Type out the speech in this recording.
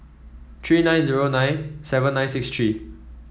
three nine zero nine seven nine six three